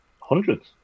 hundreds